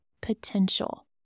potential